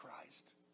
Christ